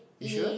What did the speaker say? you sure